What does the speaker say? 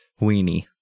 weenie